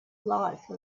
life